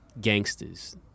gangsters